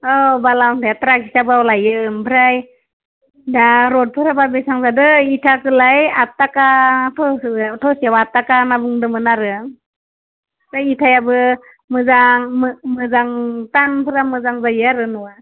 औ बाला अन्थाइआ ट्राक हिसाबाव लायो ओमफ्राय दा रडफोराबा बेसां लादों इटाखोलाय आठ थाखा थरसेयाव आठ थाखा होनना बुदोंमोन आरो दा इथायाबो मोजां मोजां थानफोरा मोजां जायो आरो न'आ